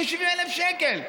כ-70,000 שקל.